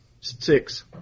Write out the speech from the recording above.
Six